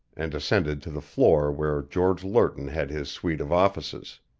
and ascended to the floor where george lerton had his suite of offices.